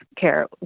care